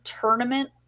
tournament